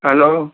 hello